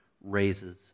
raises